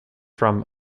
from